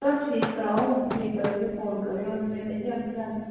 ठीक कराओ ठीक कराइयै लेई जागी में में लेई जागी आह्नियै